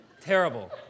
Terrible